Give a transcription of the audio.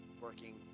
working